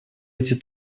эти